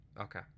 Okay